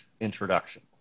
introduction